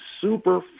super